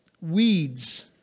weeds